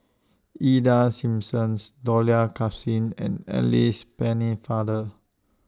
Ida Simmons Dollah Kassim and Alice Pennefather